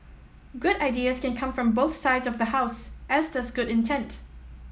good ideas can come from both sides of the House as does good intent